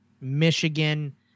Michigan